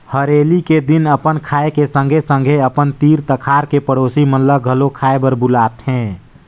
हरेली के दिन अपन खाए के संघे संघे अपन तीर तखार के पड़ोसी मन ल घलो खाए बर बुलाथें